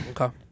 Okay